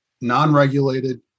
non-regulated